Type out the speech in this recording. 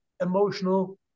emotional